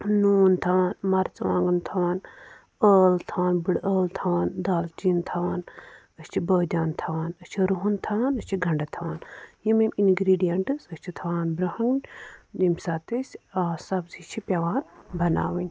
نوٗن تھاوان مَرژٕوانٛگُن تھاوان ٲل تھاوان بٕڑٕ ٲل تھاوان دالچیٖن تھاوان أسۍ چھِ بٲدیان تھاوان أسۍ چھِ رُہَن تھاوان أسۍ چھِ گَنڈٕ تھاوان یِم یِم اِنگریٖڈِیَنٹٕس أسۍ چھِ تھاوان برٛۄنٛہہ کُن ییٚمہِ ساتہٕ أسۍ سَبزی چھِ پٮ۪وان بَناوٕنۍ